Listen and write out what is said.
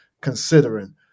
considering